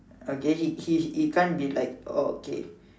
okay he he can't be like orh okay